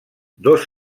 dos